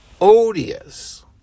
odious